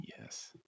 Yes